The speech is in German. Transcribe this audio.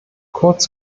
kurz